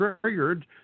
triggered